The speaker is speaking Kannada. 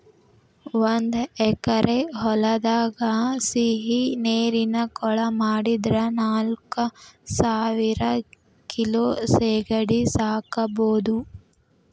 ಒಂದ್ ಎಕರೆ ಹೊಲದಾಗ ಸಿಹಿನೇರಿನ ಕೊಳ ಮಾಡಿದ್ರ ನಾಲ್ಕಸಾವಿರ ಕಿಲೋ ಸೇಗಡಿ ಸಾಕಬೋದು